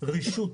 רישות